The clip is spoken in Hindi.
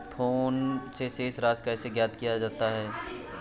फोन से शेष राशि कैसे ज्ञात किया जाता है?